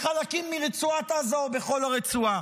בחלקים מרצועת עזה או בכל הרצועה.